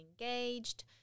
engaged